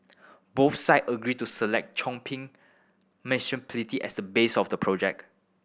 both side agreed to select Chongping Municipality as the base of the project